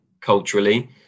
culturally